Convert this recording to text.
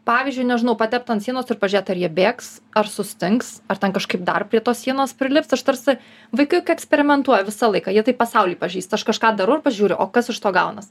pavyzdžiui nežinau patept ant sienos ir pažėt ar jie bėgs ar sustings ar ten kažkaip dar prie tos sienos prilips aš tarsi vaikai juk eksperimentuoja visą laiką jie taip pasaulį pažįsta aš kažką darau ir pažiūriu o kas iš to gaunas